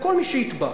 לכל מי שיתבע.